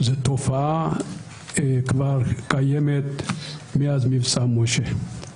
זו תופעה שכבר קיימת מאז מבצע משה.